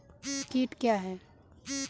कीट क्या है?